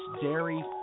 dairy